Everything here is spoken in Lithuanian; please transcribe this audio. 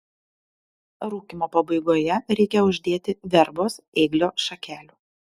rūkymo pabaigoje reikia uždėti verbos ėglio šakelių